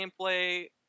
gameplay